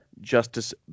Justice